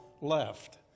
left